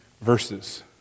verses